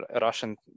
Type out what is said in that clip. Russian